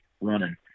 running